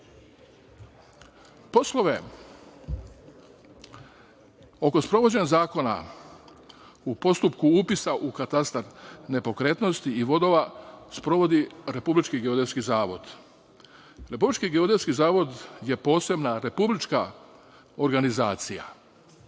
vodova. Poslove oko sprovođenja zakona u postupku upisa u katastar nepokretnosti i vodova sprovodi Republički geodetski zavod. Republički geodetski zavod je posebna republička organizacija.